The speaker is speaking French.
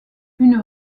une